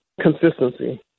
consistency